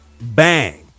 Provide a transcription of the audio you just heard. bang